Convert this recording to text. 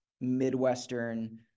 Midwestern